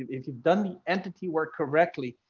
if you've done entity work correctly,